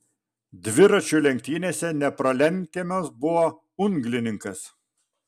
dviračių lenktynėse nepralenkiamas buvo unglininkas